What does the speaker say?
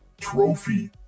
trophy